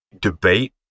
debate